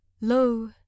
lo